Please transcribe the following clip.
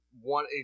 one